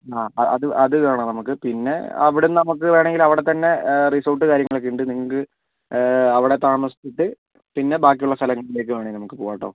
ആ അത് അത് കാണാം നമുക്ക് പിന്നെ അവിടുന്ന് നമുക്ക് വേണമെങ്കിൽ അവിടെത്തന്നെ റിസോർട്ട് കാര്യങ്ങളൊക്കെയുണ്ട് നിങ്ങൾക്ക് അവിടെ താമസിച്ചിട്ട് പിന്നെ ബാക്കിയുള്ള സ്ഥലങ്ങളിലേക്ക് വേണമെങ്കിൽ നമുക്ക് പോവാം കേട്ടോ